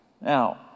Now